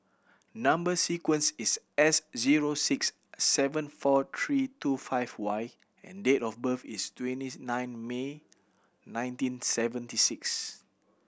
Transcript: number sequence is S zero six seven four three two five Y and date of birth is nine May nineteen seventy six